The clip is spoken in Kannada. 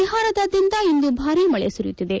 ಬಿಹಾರದಾದ್ಯಂತ ಇಂದು ಭಾರಿ ಮಳೆ ಸುರಿಯುತ್ತಿದೆ